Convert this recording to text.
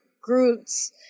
Groups